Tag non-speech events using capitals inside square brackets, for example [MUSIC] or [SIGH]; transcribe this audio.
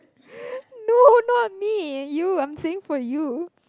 [BREATH] no not me you I'm saying for you